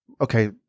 okay